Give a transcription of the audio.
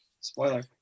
Spoiler